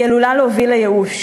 היא עלולה להוביל לייאוש.